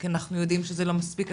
כי אנחנו יודעים שזה לא מספיק,